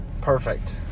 Perfect